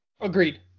agreed